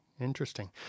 Interesting